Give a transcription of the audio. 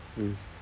mm